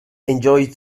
enjoyed